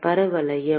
பரவளையம்